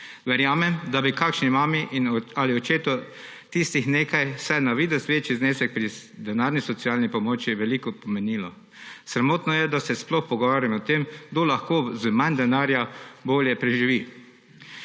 Verjamem, da bi kakšni mami ali očetu tisti nekaj vsaj na videz večji znesek pri denarni socialni pomoči veliko pomenil. Sramotno je, da se sploh pogovarjamo o tem, kdo lahko z manj denarja bolje preživi.